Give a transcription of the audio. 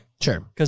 sure